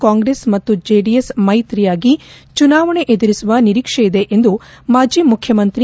ಕಾಂಗ್ರೆಸ್ ಮತ್ತು ಜೆಡಿಎಸ್ ಮೈತ್ರಿಯಾಗಿ ಚುನಾವಣೆ ಎದುರಿಸುವ ನಿರೀಕ್ಷೆಯಿದೆ ಎಂದು ಮಾಜಿ ಮುಖ್ಯಮಂತ್ರಿ